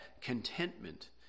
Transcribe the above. contentment